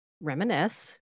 reminisce